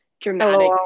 dramatic